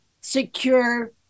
secure